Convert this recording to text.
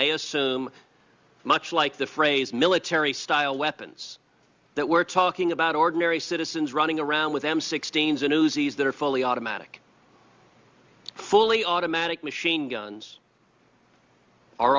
they assume much like the phrase military style weapons that we're talking about ordinary citizens running around with m sixteen zero z's that are fully automatic fully automatic machine guns are